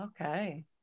Okay